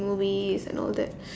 movies and all that